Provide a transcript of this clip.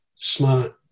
smart